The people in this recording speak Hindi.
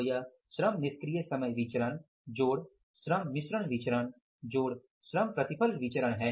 तो यह श्रम निष्क्रिय समय विचरण जोड़ श्रम मिश्रण विचरण जोड़ श्रम प्रतिफल विचरण है